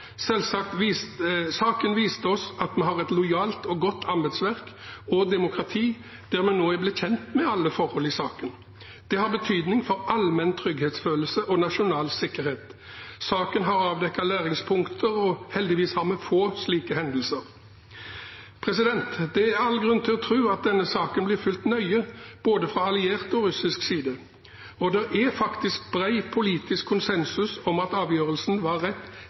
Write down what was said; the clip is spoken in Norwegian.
Saken viste oss at vi har et lojalt og godt embetsverk og demokrati, der vi nå er blitt kjent med alle forhold i saken. Det har betydning for allmenn trygghetsfølelse og nasjonal sikkerhet. Saken har avdekket læringspunkter, og heldigvis har vi få slike hendelser. Det er all grunn til å tro at denne saken blir fulgt nøye fra både alliert og russisk side. Og det er faktisk bred politisk konsensus om at avgjørelsen var rett,